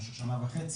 במשך שנה וחצי.